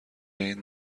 این